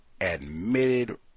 admitted